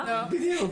להנגיש כמה שיותר,